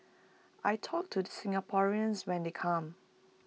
I talk to the Singaporeans when they come